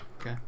Okay